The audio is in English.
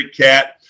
cat